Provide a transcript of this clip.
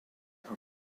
are